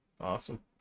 Awesome